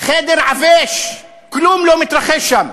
חדר עבש, כלום לא מתרחש שם.